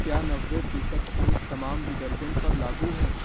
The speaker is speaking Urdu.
کیا نوے فیصد چھوٹ تمام ڈٹرجینٹ پر لاگو ہیں